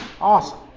Awesome